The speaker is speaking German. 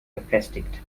befestigt